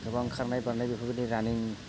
गोबां खारनाय बारनाय बेफोरबायदि रानिं